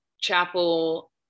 Chapel